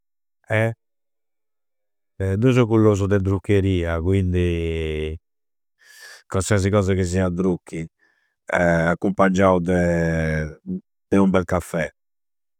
Deu seu gullosu de druccheria quindi qualsiasi cosa ca sia drucchi accumpangiau de un bel caffè.